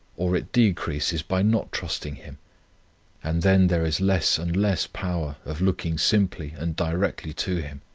or it decreases by not trusting him and then there is less and less power of looking simply and directly to him,